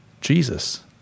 Jesus